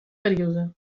període